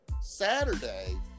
Saturday